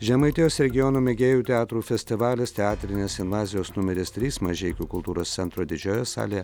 žemaitijos regiono mėgėjų teatrų festivalis teatrinės invazijos numeris trys mažeikių kultūros centro didžiojoje salėje